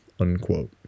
unquote